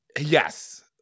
Yes